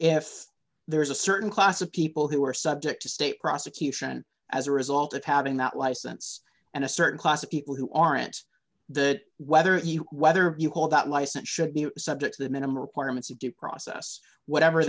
if there is a certain class of people who are subject to state prosecution as a result of having that license and a certain class of people who aren't that whether the whether you call that license should be subject to the minimum requirements of due process whatever